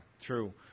true